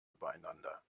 übereinander